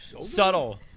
subtle